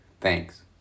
Thanks